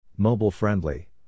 Mobile-friendly